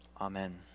Amen